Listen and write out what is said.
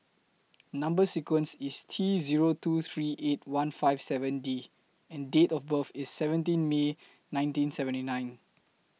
Number sequence IS T Zero two three eight one five seven D and Date of birth IS seventeen May nineteen seventy nine